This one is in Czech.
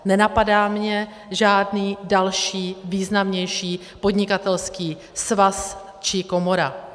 Nenapadá mě žádný další významnější podnikatelský svaz či komora.